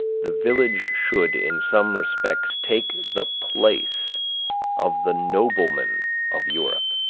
the village should in some respects take the place of the nobleman of europe.